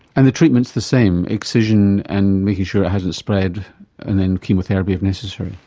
and the treatment is the same excision and making sure it hasn't spread and then chemotherapy if necessary?